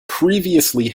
previously